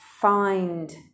find